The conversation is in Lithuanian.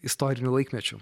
istoriniu laikmečiu